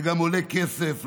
זה גם עולה כסף למדינה,